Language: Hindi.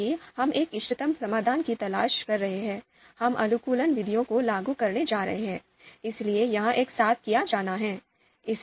क्योंकि हम एक इष्टतम समाधान की तलाश कर रहे हैं हम अनुकूलन विधियों को लागू करने जा रहे हैं इसलिए यह एक साथ किया जाना है